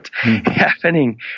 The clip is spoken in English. happening